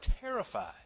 terrified